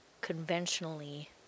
conventionally